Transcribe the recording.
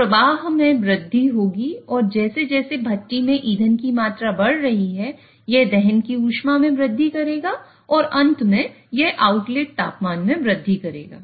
तो प्रवाह में वृद्धि होगी और जैसे जैसे भट्टी में ईंधन की मात्रा बढ़ रही है यह दहन की ऊष्मा में वृद्धि करेगा और अंत में यह आउटलेट तापमान में वृद्धि करेगा